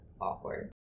awkward